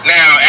Now